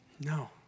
No